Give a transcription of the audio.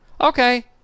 Okay